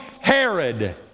Herod